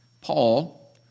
Paul